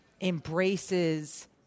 embraces